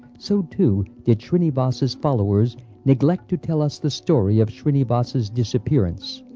so too did shrinivas's followers neglect to tell us the story of shrinivas's disappearance.